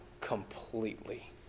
completely